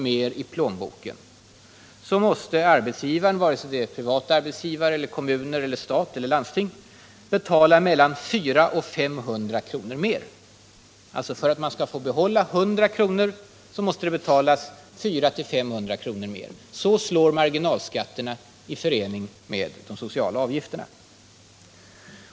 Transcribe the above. mer i plånboken måste arbetsgivaren, vare sig det är en privat företagare, kommun, stat eller landsting, betala mellan 400 och 500 kr. mer. Så slår marginalskatterna i förening med de sociala avgifterna.